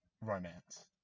romance